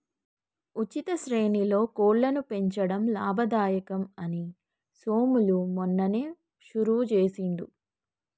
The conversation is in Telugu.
ఉచిత శ్రేణిలో కోళ్లను పెంచడం లాభదాయకం అని సోములు మొన్ననే షురువు చేసిండు